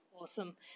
Awesome